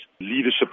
leadership